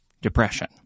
depression